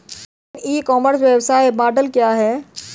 विभिन्न e commerce व्यवसाय model क्या हैं?